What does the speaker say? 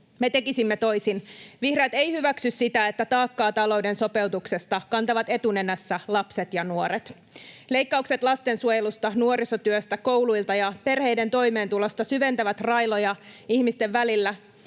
Me tekisimme toisin. Vihreät ei hyväksy sitä, että taakkaa talouden sopeutuksesta kantavat etunenässä lapset ja nuoret. Leikkaukset lastensuojelusta, nuorisotyöstä, kouluilta ja perheiden toimeentulosta syventävät railoja ihmisten välillä.